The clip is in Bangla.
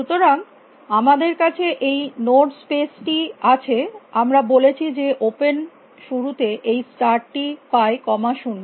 সুতরাং আমাদের কাছে এই নোড স্পেস টি আছে আমরা বলেছি যে ওপেন শুরুতে এই স্টার্ট টি পায় কমা শূন্য